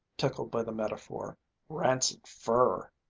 tickled by the metaphor rancid fur!